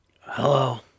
Hello